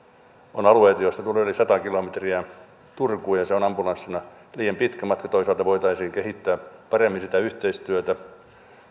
on alueita joista tulee yli sata kilometriä turkuun ja se on ambulanssille liian pitkä matka toisaalta voitaisiin kehittää paremmin sitä yhteistyötä